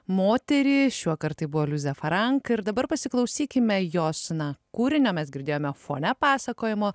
moterį šiuokart buvo luiza farank ir dabar pasiklausykime jos na kūrinio mes girdėjome fone pasakojimo